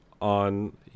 on